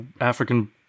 African